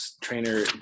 trainer